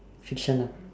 fiction ah